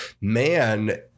man